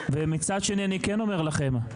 ומצד שני אני כן אומר לכם,